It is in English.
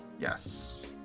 Yes